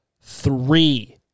three